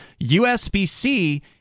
USB-C